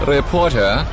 Reporter